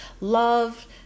Love